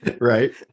Right